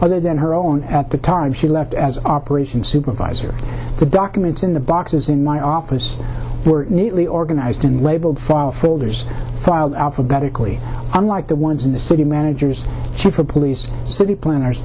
other than her own at the time she left as operation supervisor the documents in the boxes in my office were neatly organized and labeled file folders filed alphabetically unlike the ones in the city managers chief of police city planners